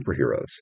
superheroes